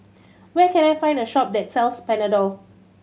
where can I find a shop that sells Panadol